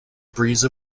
breeze